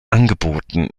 angeboten